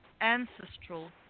ancestral